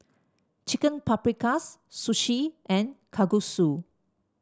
Chicken Paprikas Sushi and Kalguksu